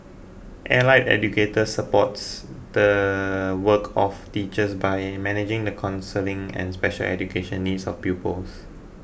allied educators supports the work of teachers by managing the counselling and special education needs of pupils